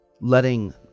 letting